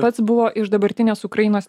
pats buvo iš dabartinės ukrainos